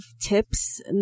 tips